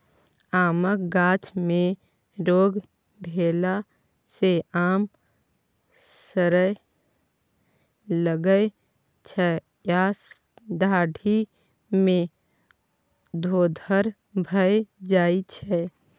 आमक गाछ मे रोग भेला सँ आम सरय लगै छै या डाढ़ि मे धोधर भए जाइ छै